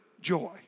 joy